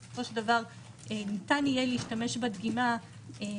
אז היא שבסופו של דבר ניתן יהיה להשתמש בדגימה בהמשך,